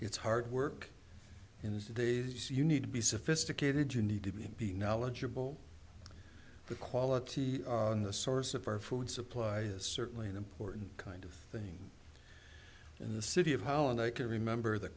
it's hard work in these days you need to be sophisticated you need to be knowledgeable the quality of the source of our food supply is certainly an important kind of thing in the city of holland i can remember th